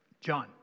John